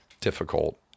difficult